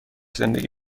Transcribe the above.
زندگی